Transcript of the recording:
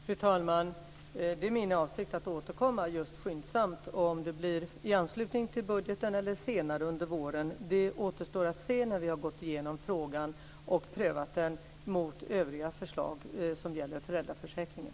Fru talman! Det är min avsikt att återkomma skyndsamt. Om det blir i anslutning till budgeten eller senare under våren återstår att se efter det att vi har gått igenom frågan och prövat den mot övriga förslag som gäller föräldraförsäkringen.